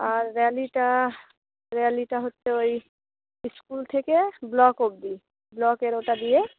আর র্যালিটা র্যালিটা হচ্ছে ওই স্কুল থেকে ব্লক অব্দি ব্লকের ওটা দিয়ে